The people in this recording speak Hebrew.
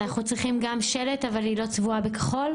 אנחנו צריכים גם שלט אבל היא לא צבועה בכחול?